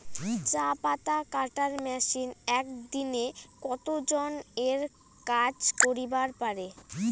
চা পাতা কাটার মেশিন এক দিনে কতজন এর কাজ করিবার পারে?